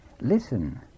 Listen